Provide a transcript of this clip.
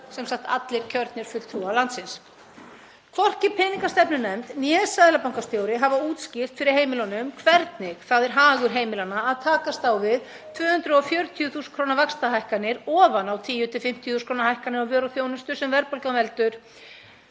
sem sagt allir kjörnir fulltrúar landsins. Hvorki peningastefnunefnd né seðlabankastjóri hafa útskýrt fyrir heimilunum hvernig það er hagur þeirra að takast á við 240.000 kr. vaxtahækkanir ofan á 10–50.000 kr. hækkanir á vöru og þjónustu sem verðbólgan veldur